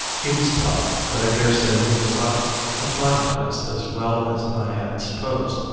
he was tough, but i daresay he was not acclimatised as well as i had supposed.